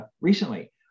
recently